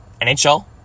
NHL